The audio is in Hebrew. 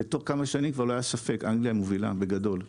ותוך כמה שנים כבר לא היה ספק - אנגליה מובילה בגדול.